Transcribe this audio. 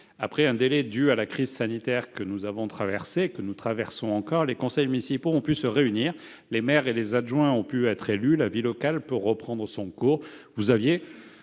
après un délai dû à la crise sanitaire que nous avons traversée et traversons encore, les conseils municipaux ont pu se réunir, les maires et les adjoints ont pu être élus, la vie locale peut reprendre son cours. Vous aviez